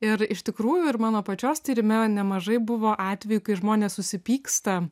ir iš tikrųjų ir mano pačios tyrime nemažai buvo atvejų kai žmonės susipyksta